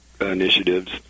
initiatives